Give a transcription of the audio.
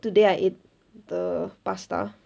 today I ate the pasta